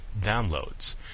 downloads